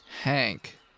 Hank